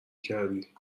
کردی